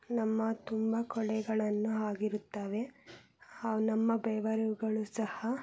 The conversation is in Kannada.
ನಮ್ಮ ತುಂಬ ಕೊಳೆಗಳನ್ನು ಆಗಿರುತ್ತವೆ ಹಾಗೂ ನಮ್ಮ ಬೆವರುಗಳು ಸಹ